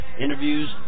interviews